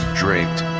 draped